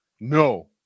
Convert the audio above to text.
no